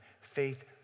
Faith